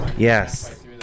Yes